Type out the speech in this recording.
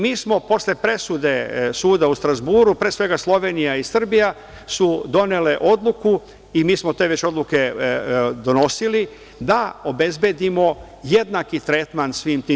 Mi smo posle presude suda u Strazburu, pre svega Slovenija i Srbija su donele odluku i mi smo te već odluke donosili, da obezbedimo jednaki tretman svim tim.